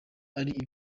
ari